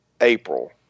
April